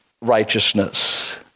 righteousness